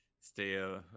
stay